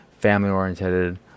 family-oriented